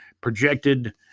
projected